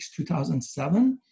2007